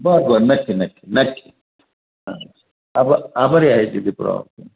बरं बरं नक्की नक्की नक्की हां आब आभारी आहे तिथे